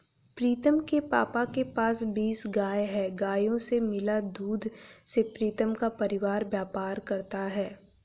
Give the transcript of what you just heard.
प्रीतम के पापा के पास बीस गाय हैं गायों से मिला दूध से प्रीतम का परिवार व्यापार करता है